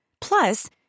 Plus